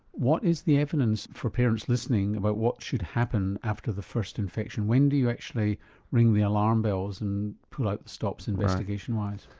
what is the evidence for parents listening about what should happen after the first infection? when do you actually ring the alarm bells and pull out the stops investigation wise?